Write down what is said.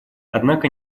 однако